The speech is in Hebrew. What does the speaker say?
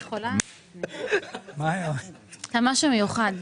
אתה משהו מיוחד,